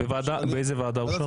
באיזו ועדה אושר לך?